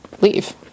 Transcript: leave